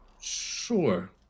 sure